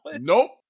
Nope